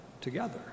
together